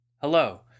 Hello